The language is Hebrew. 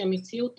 שהם הציעו,